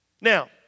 Now